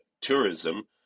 tourism